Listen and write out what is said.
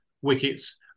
wickets